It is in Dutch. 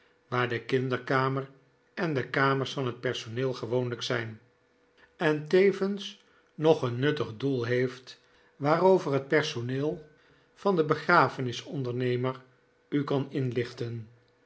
waar de kinderkamer en de kamers voor het personeel gewoonlijk zijn en tevens nog een nuttig doel heeft waarover het personeel van den begrafenisondernemer u kan inlichten